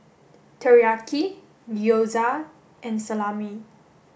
Teriyaki Gyoza and Salami